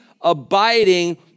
abiding